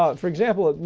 ah for example,